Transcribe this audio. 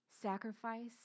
sacrifice